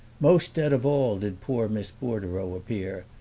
most dead of all did poor miss bordereau appear,